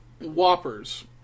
Whoppers